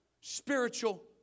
spiritual